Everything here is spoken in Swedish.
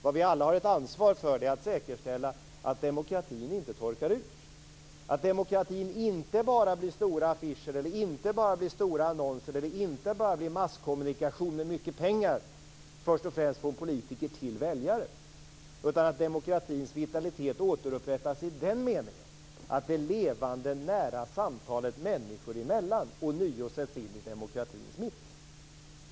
Vad vi alla har ett ansvar för är att säkerställa att demokratin inte torkar ut, att demokratin inte bara blir stora affischer, inte bara blir stora annonser eller masskommunikation med mycket pengar först och främst från politiker till väljare. Demokratins vitalitet bör återupprättas i den meningen att det levande nära samtalet människor emellan ånyo sätts in i demokratins mitt. Fru talman!